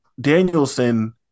Danielson